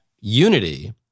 unity